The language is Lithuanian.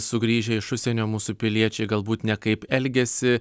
sugrįžę iš užsienio mūsų piliečiai galbūt nekaip elgiasi